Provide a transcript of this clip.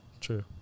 True